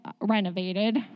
renovated